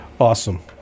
Awesome